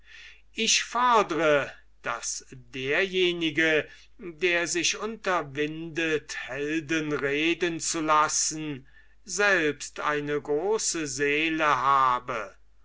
ich fodre daß derjenige der sich unterwindet helden reden zu lassen selbst eine große seele habe